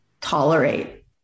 tolerate